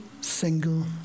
single